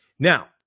Now